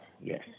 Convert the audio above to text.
Yes